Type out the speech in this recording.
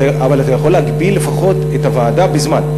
אבל אתה יכול לפחות להגביל את הוועדה בזמן.